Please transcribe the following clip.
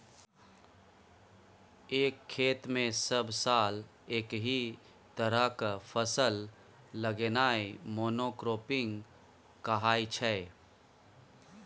एक खेत मे सब साल एकहि तरहक फसल लगेनाइ मोनो क्राँपिंग कहाइ छै